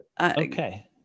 Okay